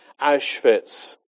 Auschwitz